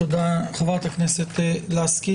תודה רבה, חברת הכנסת לסקי.